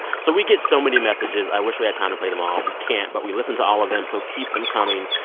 so we get so many messages. i wish we had time to play them all. we can't, but we listen to all of them. so keep them coming.